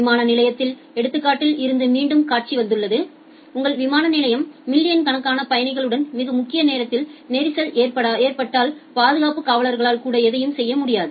விமான நிலையத்தின் எடுத்துக்காட்டில் இருந்து மீண்டும் காட்சி வந்துள்ளது உங்கள் விமான நிலையம் மில்லியன் கணக்கான பயணிகளுடன் மிக முக்கிய நேரத்தில் நெரிசல் ஏற்றப்பட்டால் பாதுகாப்புக் காவலர்களால் கூட எதையும் செய்ய முடியாது